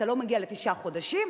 אתה לא מגיע לתשעה חודשים,